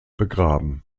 begraben